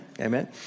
Amen